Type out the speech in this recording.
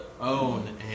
own